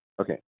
Okay